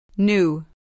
New